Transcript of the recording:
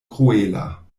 kruela